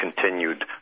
continued